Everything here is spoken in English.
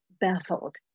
baffled